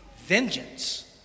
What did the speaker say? vengeance